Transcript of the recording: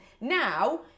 now